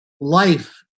life